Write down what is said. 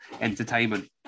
entertainment